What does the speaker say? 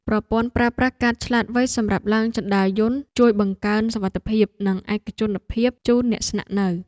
ប្រព័ន្ធប្រើប្រាស់កាតឆ្លាតវៃសម្រាប់ឡើងជណ្តើរយន្តជួយបង្កើនសុវត្ថិភាព និងឯកជនភាពជូនអ្នកស្នាក់នៅ។